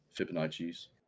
fibonacci's